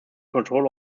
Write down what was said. control